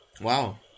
Wow